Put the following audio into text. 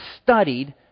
studied